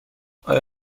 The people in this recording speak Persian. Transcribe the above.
آیا